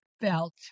felt